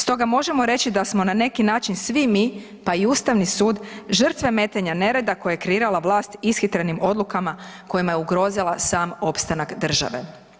Stoga možemo reći da smo na neki način svi mi, pa i Ustavni sud žrtve metenja nereda koje je kreirala vlast ishitrenim odlukama kojima je ugrozila sam opstanak države.